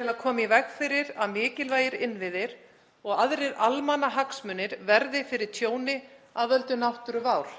til að koma í veg fyrir að mikilvægir innviðir og aðrir almannahagsmunir verði fyrir tjóni af völdum náttúruvár.